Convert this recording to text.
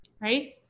right